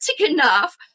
enough